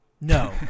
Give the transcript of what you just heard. No